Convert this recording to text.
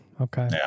Okay